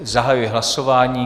Zahajuji hlasování.